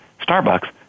Starbucks